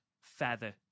feather